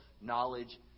knowledge